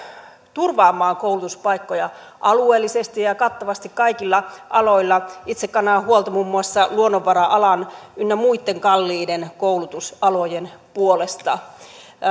turvaamaan koulutuspaikkoja alueellisesti ja ja kattavasti kaikilla aloilla itse kannan huolta muun muassa luonnonvara alan ynnä muitten kalliiden koulutusalojen puolesta